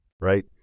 Right